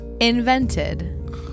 Invented